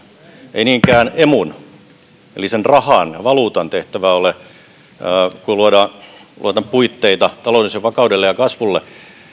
ei niinkään emun eli sen rahan valuutan kun luodaan puitteita taloudelliselle vakaudelle ja kasvulle